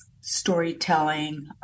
storytelling